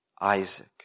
Isaac